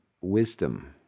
wisdom